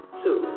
two